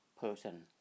person